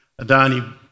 Adani